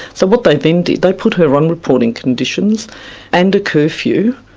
so what they then did, they put her on reporting conditions and curfew,